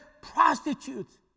prostitutes